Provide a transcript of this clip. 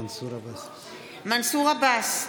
מנסור עבאס,